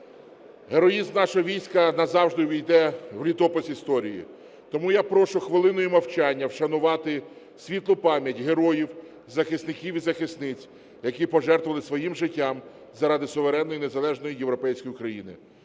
Героїзм нашого війська назавжди ввійде в літопис історії. Тому я прошу хвилиною мовчання вшанувати світлу пам'ять героїв, захисників і захисниць, які пожертвували своїм життям заради суверенної, незалежної, європейської України.